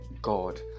God